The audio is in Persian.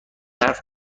حرف